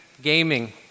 gaming